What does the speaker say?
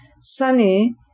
Sunny